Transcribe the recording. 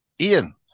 Ian